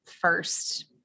first